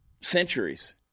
centuries